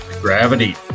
gravity